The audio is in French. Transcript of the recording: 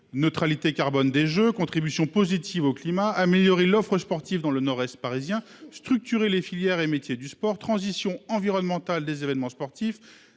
neutralité carbone des Jeux contribution positive au climat améliorer l'offre sportive dans le Nord-Est parisien structurer les filières et métiers du sport transition environnementale des événements sportifs,